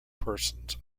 persons